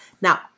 Now